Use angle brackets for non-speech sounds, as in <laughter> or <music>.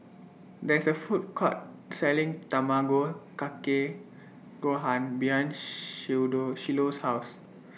There IS A Food Court Selling Tamago Kake Gohan behind <unintelligible> Shiloh's House